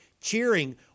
cheering